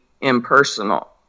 impersonal